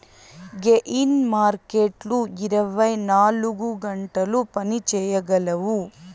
gain మార్కెట్లు ఇరవై నాలుగు గంటలు పని చేయగలవు